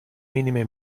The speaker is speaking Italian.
minime